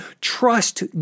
Trust